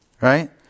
Right